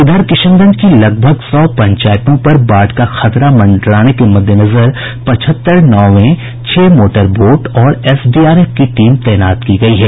इधर किशनगंज की लगभग सौ पंचायतों पर बाढ़ का खतरा मंडराने के मद्देनजर पचहत्तर नावे छह मोटरबोट और एसडीआरएफ की टीम तैनात की गयी है